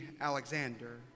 Alexander